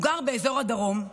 הוא גר באזור הדרום,